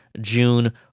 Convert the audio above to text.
June